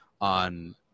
on